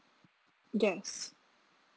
yes